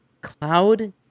cloud